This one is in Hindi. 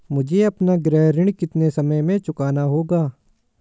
मुझे अपना गृह ऋण कितने समय में चुकाना होगा?